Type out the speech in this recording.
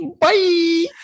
Bye